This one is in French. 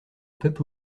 peuple